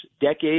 decades